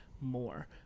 more